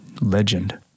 Legend